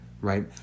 right